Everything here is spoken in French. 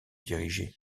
diriger